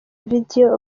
video